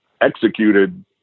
executed